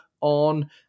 on